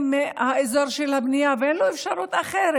מהאזור של הבנייה ואין לו אפשרות אחרת,